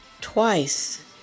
twice